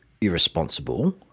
irresponsible